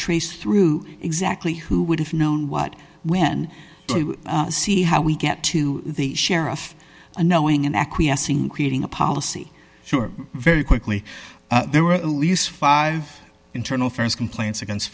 trace through exactly who would have known what when to see how we get to the sheriff and knowing and acquiesce in creating a policy sure very quickly there were at least five internal st complaints against